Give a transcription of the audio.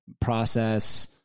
process